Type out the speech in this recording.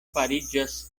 fariĝas